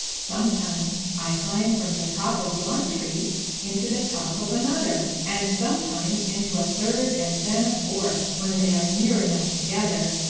sometimes i climb from the top of one tree into the top of another, and sometimes into a third and then a fourth, when they are near enough together.